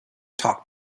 talk